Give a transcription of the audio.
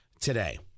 today